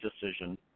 decision